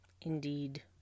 indeed